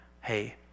Hey